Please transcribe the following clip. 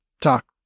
talk